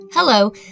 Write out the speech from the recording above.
Hello